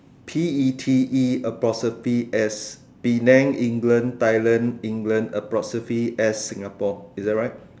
P E T E apostrophe S Penang England Thailand England apostrophe S Singapore is that right